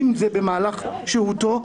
אם זה במהלך שהותו,